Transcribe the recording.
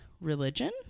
religion